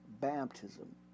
baptism